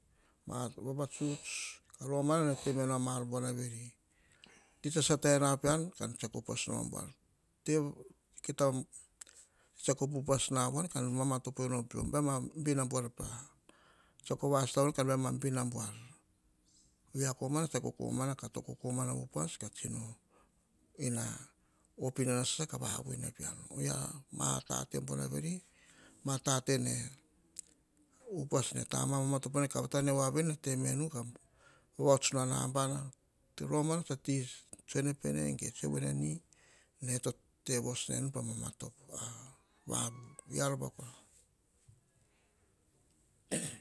Ma ar vavatus ka romana nen temenu a maar buar veri. Ti tsa sata ena peom, kan tsiako upas nom a buar. Kita tsiako upas na voan, kan mamatopo nom pio. Baim a bin a buar, tsiako vasata voan kom baim a bin buar, oyia komana tsa ta o kokomana. Kata o kokomana vo upas, ka tsino op inana soisa ka vavui pean. Ma tate buar veri, ma te upas nee tama mamatopo ane, ka vata ne voa veeni nene tete menu, ka vavahots nu a nabana, romana, tsa ti tsoe ene pene ge, tsoe voai neeni, ene to te vos nenu po mamatopo. Oyia rova kora